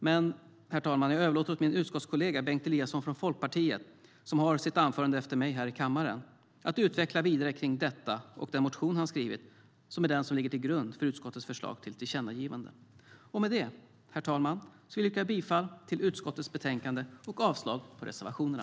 Men, herr talman, jag överlåter åt min utskottskollega Bengt Eliasson från Folkpartiet, som ska hålla sitt anförande efter mig här i kammaren, att utveckla dessa argument vidare och den motion han skrivit, som är den som ligger till grund för utskottets förslag till tillkännagivande. Med detta, herr talman, yrkar jag bifall till utskottets förslag till beslut och avslag på reservationerna.